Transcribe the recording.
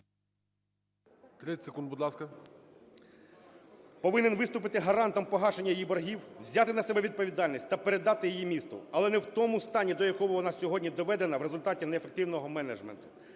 повинен виступити гарантом погашення її боргів. Взяти на себе відповідальність та передати її місту, але не в тому стані, до якого вона сьогодні доведена в результаті неефективного менеджменту.